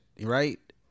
right